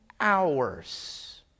hours